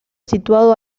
situado